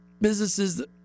businesses